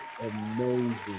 amazing